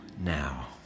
now